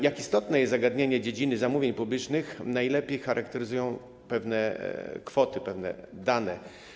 Jak istotne jest to zagadnienie dotyczące dziedziny zamówień publicznych, najlepiej charakteryzują pewne kwoty, pewne dane.